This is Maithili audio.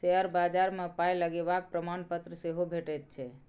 शेयर बजार मे पाय लगेबाक प्रमाणपत्र सेहो भेटैत छै